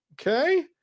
okay